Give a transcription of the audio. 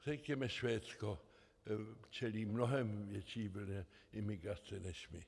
Řekněme Švédsko čelí mnohem větší vlně migrace než my.